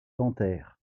dentaire